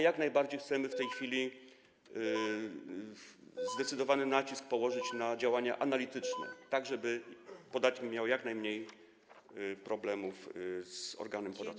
Jak najbardziej chcemy w tej chwili zdecydowany nacisk położyć na działania analityczne, tak żeby podatnik miał jak najmniej problemów z organem podatkowym.